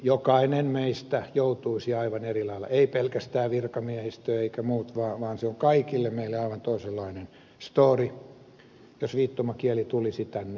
jokainen meistä joutuisi aivan eri lailla asennoitumaan ei pelkästään virkamiehistö tai muut vaan se on kaikille meille aivan toisenlainen stoori jos viittomakieli tulisi tänne